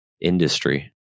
industry